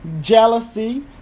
jealousy